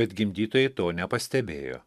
bet gimdytojai to nepastebėjo